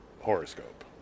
horoscope